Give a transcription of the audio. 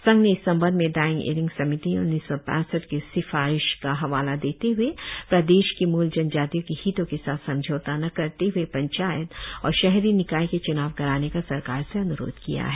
संघ ने इस संबंध में दायिंग इरिंग समिति उन्नीस सौ पैसठ की सिफारिश का हवाला देते हए प्रदेश की मूल जनजातियों के हितों के साथ समझौता न करते हुए पंचायत और शहरी निकाय के च्नाव कराने का सरकार से अन्रोध किया है